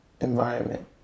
environment